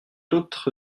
autre